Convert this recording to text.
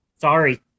Sorry